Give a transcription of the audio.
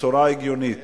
בצורה הגיונית